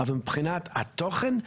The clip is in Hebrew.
אבל מבחינת התוכן,